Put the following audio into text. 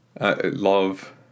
Love